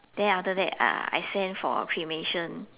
then after that uh I sent for cremation